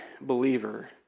believer